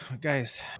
guys